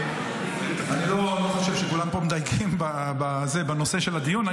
אני לא חושב שכולם פה מדייקים בנושא של הדיון.